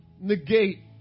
negate